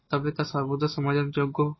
তবে সর্বদা সমাধানযোগ্য হয়